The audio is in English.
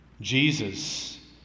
Jesus